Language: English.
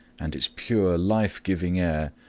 and its pure life-giving air,